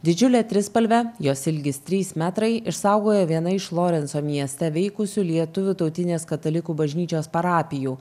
didžiulę trispalvę jos ilgis trys metrai išsaugojo viena iš lorenco mieste veikusių lietuvių tautinės katalikų bažnyčios parapijų